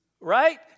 right